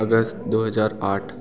अगस्त दो हज़ार आठ